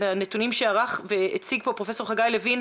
הנתונים שהציג כאן פרופסור חגי לוין,